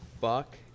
fuck